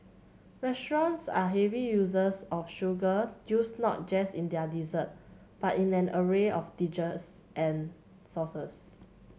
restaurants are heavy users of sugar used not just in their dessert but in an array of dishes and sauces